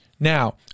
Now